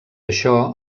això